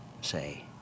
say